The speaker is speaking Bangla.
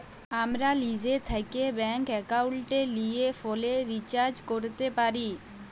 আমরা লিজে থ্যাকে ব্যাংক একাউলটে লিয়ে ফোলের রিচাজ ক্যরতে পারি